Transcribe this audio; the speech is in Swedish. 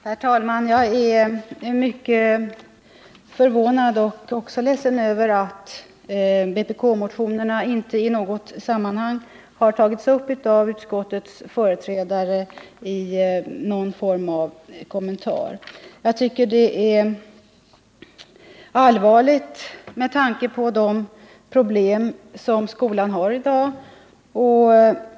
Herr talman! Jag är mycket förvånad och även ledsen över att vpkmotionerna inte i något sammanhang har tagits upp av utskottets företrädare i någon form av kommentar. Jag tycker det är allvarligt med tanke på de problem som skolan har i dag.